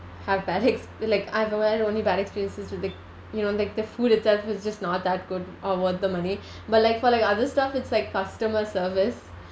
have bad ex~ like I've had only bad experiences with the you know like the food itself was just not that good or worth the money but like for like other stuff it's like customer service